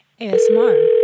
ASMR